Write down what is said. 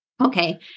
okay